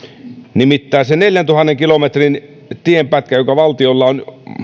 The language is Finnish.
nimittäin se neljäntuhannen kilometrin tienpätkä joka valtiolla on